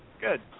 Good